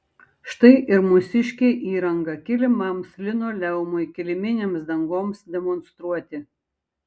štai ir mūsiškė įranga kilimams linoleumui kiliminėms dangoms demonstruoti